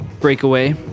Breakaway